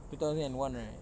two thousand and one right